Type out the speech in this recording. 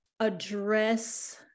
address